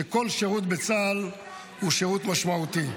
שכל שירות בצה"ל הוא שירות משמעותי.